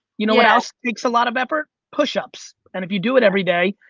you know what else takes a lot of effort, push ups, and if you do it every day,